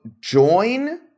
join